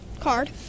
card